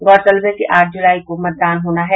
गौरतलब है कि आठ जुलाई को मतदान होना है